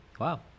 Wow